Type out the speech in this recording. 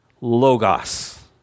logos